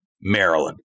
Maryland